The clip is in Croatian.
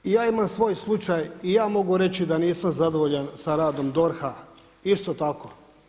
Reko, ja imam svoj slučaj i ja mogu reći da nisam zadovoljan sa radom DORH-a isto tako.